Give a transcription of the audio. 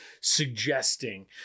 suggesting